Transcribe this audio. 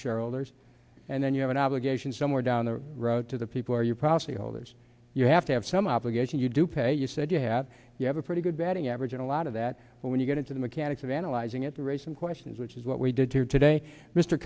shareholders and then you have an obligation somewhere down the road to the people are your property holders you have to have some obligation you do pay you said you have you have a pretty good batting average in a lot of that when you get into the mechanics of analyzing it the raising questions which is what we did here today mr